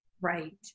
Right